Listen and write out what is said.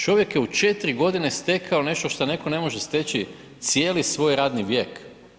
Čovjek je u 4 godine stekao nešto što netko ne može steći cijeli svoj radni vijek.